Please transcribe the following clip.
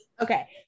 okay